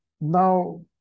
Now